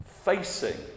facing